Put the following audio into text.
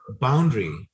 boundary